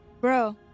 bro